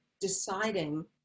deciding